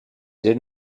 did